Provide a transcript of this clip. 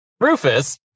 Rufus